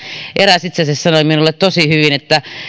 eräs itse asiassa sanoi minulle tosi hyvin että